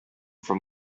from